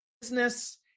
business